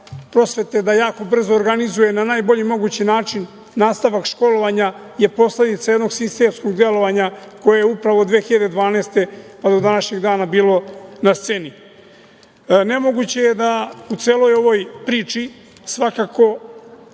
prosvete moglo jako brzo da organizuje na najbolji mogući način nastavak školovanja je posledica jednog sistemskog delovanja koje je upravo 2012. godine pa do današnjeg dana bilo na sceni. Nemoguće je da u celoj ovoj priči svakako